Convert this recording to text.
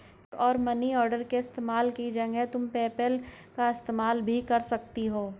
check और money order के इस्तेमाल की जगह तुम पेपैल का इस्तेमाल भी कर सकती हो